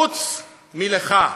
חוץ מלך.